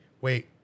Wait